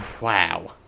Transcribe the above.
Wow